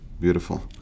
Beautiful